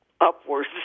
upwards